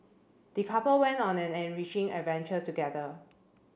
the couple went on an enriching adventure together